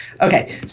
Okay